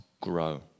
grow